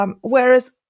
Whereas